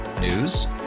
News